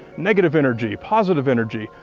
negative energy, positive energy,